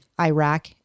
Iraq